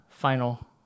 Final